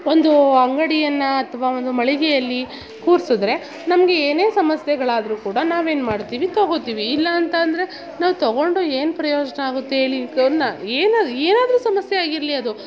ಒಂದು ಅಂಗಡಿಯನ್ನ ಅಥ್ವಾ ಒಂದು ಮಳಿಗೆಯಲ್ಲಿ ಕೂರಿಸಿದ್ರೆ ನಮಗೆ ಏನೇ ಸಮಸ್ಯೆಗಳಾದರೂ ಕೂಡ ನಾವೇನು ಮಾಡ್ತೀವಿ ತೊಗೊಳ್ತೀವಿ ಇಲ್ಲ ಅಂತಂದ್ರೆ ನಾವು ತೊಗೊಂಡು ಏನು ಪ್ರಯೋಜನ ಆಗುತ್ತೆ ಹೇಳಿ ಏನು ಏನಾದರೂ ಸಮಸ್ಯೆ ಆಗಿರಲಿ ಅದು